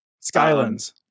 Skylands